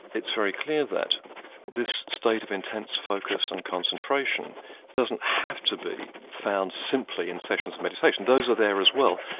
it's very clear that this state of intense focus and concentration doesn't have to be found simply in sessions of meditation those are there as well,